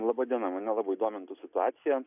laba diena mane labai domintų situacija